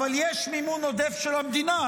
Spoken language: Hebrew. אבל יש מימון עודף של המדינה,